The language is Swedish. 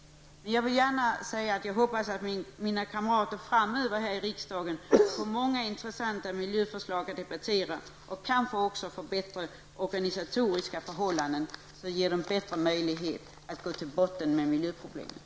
Jag hoppas att mina kamrater i riksdagen framöver får många intressanta miljöförslag att debattera och kanske också får bättre organisatoriska förhållanden för att bättre kunna gå till botten med miljöproblemen.